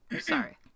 Sorry